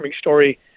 story